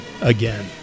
again